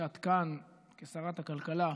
שאת כאן כשרת הכלכלה.